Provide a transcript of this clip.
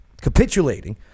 capitulating